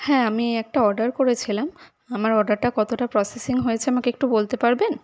হ্যাঁ আমি একটা অর্ডার করেছিলাম আমার অর্ডারটা কতটা প্রসেসিং হয়েছে আমাকে একটু বলতে পারবেন